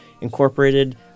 incorporated